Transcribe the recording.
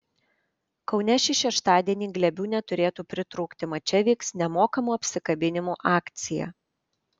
kaune šį šeštadienį glėbių neturėtų pritrūkti mat čia vyks nemokamų apsikabinimų akcija